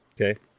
Okay